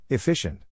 Efficient